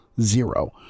zero